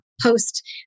post